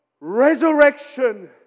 resurrection